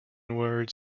word